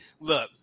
Look